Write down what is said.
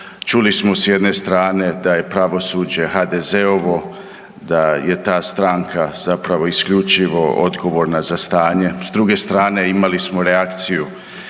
Čuli smo s jedne strane da je pravosuđe HDZ-ovo, da je ta stranka zapravo isključivo odgovorna za stanje. S druge strane, imali smo reakciju